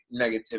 negativity